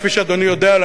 כפי שאדוני יודע,